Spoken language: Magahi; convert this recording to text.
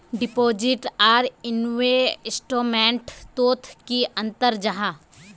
डिपोजिट आर इन्वेस्टमेंट तोत की अंतर जाहा?